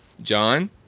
John